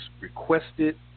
requested